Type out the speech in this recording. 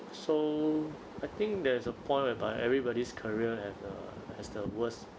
so I think there is a point whereby everybody's career at the as the worst